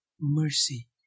mercy